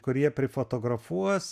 kurie prifotografuos